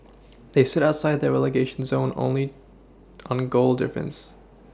they sit outside the relegation zone only on goal difference